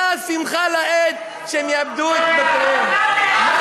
חס וחלילה.